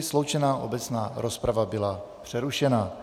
Sloučená obecná rozprava byla přerušena.